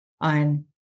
on